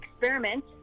experiment